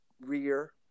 rear